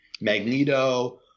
Magneto